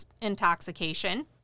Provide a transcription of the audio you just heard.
intoxication